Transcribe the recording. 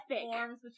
forms